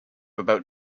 about